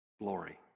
glory